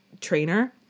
trainer